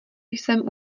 jsem